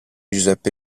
giuseppe